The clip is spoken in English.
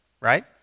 right